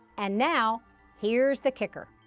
and now here's the kicker.